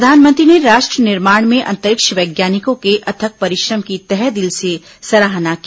प्रधानमंत्री ने राष्ट्र निर्माण में अंतरिक्ष वैज्ञानिकों के अथक परिश्रम की तहे दिल से सराहना की